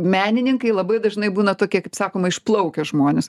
menininkai labai dažnai būna tokie kaip sakoma išplaukę žmonės